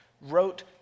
Wrote